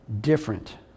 different